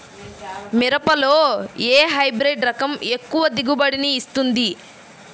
మిరపలో ఏ హైబ్రిడ్ రకం ఎక్కువ దిగుబడిని ఇస్తుంది?